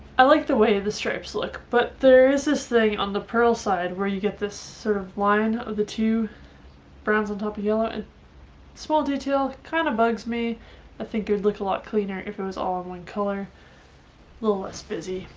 i like the way the stripes look but there is this thing on the purl side where you get this sort of line of the two browns on top of yellow and small detail kind of bugs me i think you look a lot cleaner if it was all in one color. a little less busy.